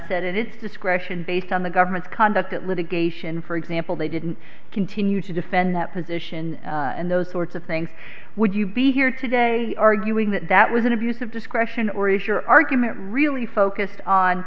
said it its discretion based on the government's conduct that litigation for example they didn't continue to defend that position and those sorts of things would you be here today arguing that that was an abuse of discretion or is your argument really focused on